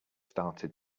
started